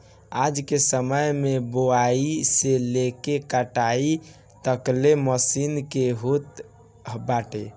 आजके समय में बोआई से लेके कटाई तकले मशीन के होत बाटे